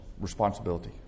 responsibility